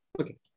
Okay